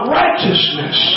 righteousness